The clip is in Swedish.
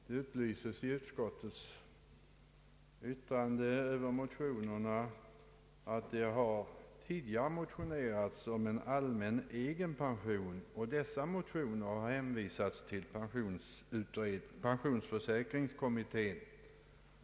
Det upplyses i utskottsutlåtandet att det tidigare väckts motioner om en allmän egenpension och att dessa motioner överlämnats till pensionsförsäkringskommittén.